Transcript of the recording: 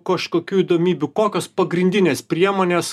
kažkokių įdomybių kokios pagrindinės priemonės